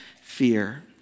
fear